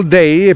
day